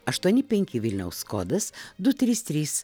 aštuoni penki vilniaus kodas du trys trys